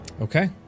Okay